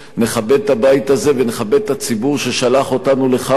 נכבד את הבית הזה ונכבד את הציבור ששלח אותנו לכאן,